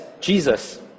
Jesus